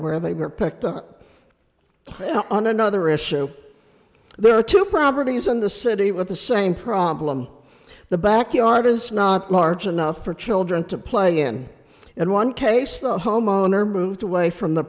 where they were picked up on another issue there are two properties in the city with the same problem the backyard is not large enough for children to play in in one case the homeowner moved away from the